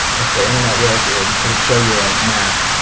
if the internet worked it would it would show you a map